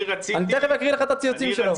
אני תכף אקריא לך את הציוצים שלו.